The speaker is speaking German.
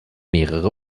mehrere